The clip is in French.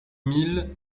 mille